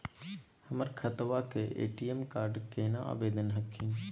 हमर खतवा के ए.टी.एम कार्ड केना आवेदन हखिन?